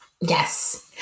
Yes